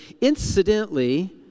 Incidentally